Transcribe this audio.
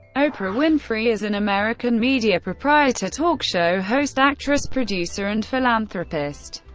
oprah winfrey is an american media proprietor, talk show host, actress, producer, and philanthropist.